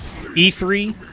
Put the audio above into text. E3